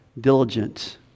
diligent